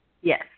Yes